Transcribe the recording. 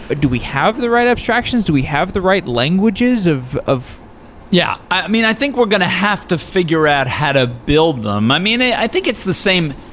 ah do we have the right abstractions? do we have the right languages of of yeah. i mean, i think we're going to have to figure out how to build them. i mean, i think it's the same,